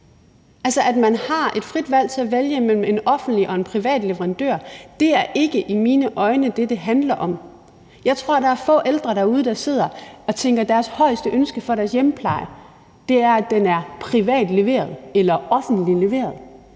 at man har et frit valg til at vælge mellem en offentlig og privat leverandør, er ikke i mine øjne det, det handler om. Jeg tror, der er få ældre, der sidder og tænker, at deres højeste prioritering for deres hjemmepleje er at kunne vælge, om den er privat leveret eller offentligt leveret,